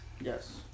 Yes